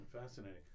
Fascinating